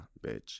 bitch